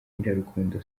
nyirarukundo